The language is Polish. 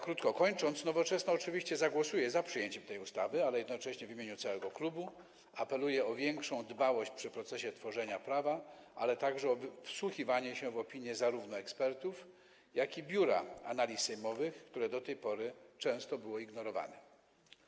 Kończąc: Nowoczesna oczywiście zagłosuje za przyjęciem tej ustawy, ale jednocześnie w imieniu całego klubu apeluję o większą dbałość w procesie tworzenia prawa, ale także o wsłuchiwanie się zarówno w opinie ekspertów, jak i Biura Analiz Sejmowych, które do tej pory często były ignorowane.